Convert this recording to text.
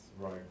right